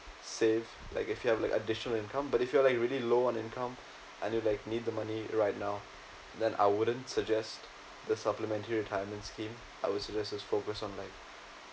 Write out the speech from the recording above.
save like if you have like additional income but if you are like you really low on income and you like need the money right now then I wouldn't suggest the supplementary retirement scheme I will say let's just focus on like